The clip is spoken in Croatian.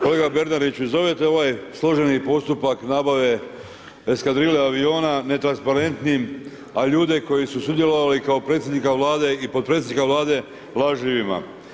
Kolega Bernardiću, zovete ovaj službeni postupak nabave eskadrile aviona netransparentnim a ljude koji su sudjelovali kao predsjednika Vlade i potpredsjednika Vlade lažljivima.